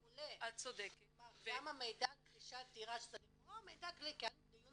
גם המידע על רכישת דירה שזה לכאורה מידע כללי כי היה לנו דיון